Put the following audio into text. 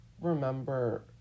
remember